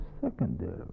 secondary